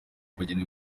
abageni